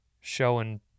showing